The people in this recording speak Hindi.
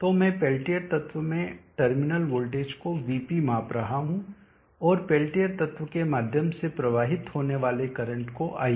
तो मैं पेल्टियर तत्व में टर्मिनल वोल्टेज को vp माप रहा हूँ और पेल्टियर तत्व के माध्यम से प्रवाहित होने वाले करंट को ip